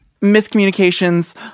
miscommunications